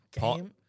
game